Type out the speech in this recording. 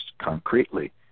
concretely